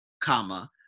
comma